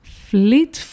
fleet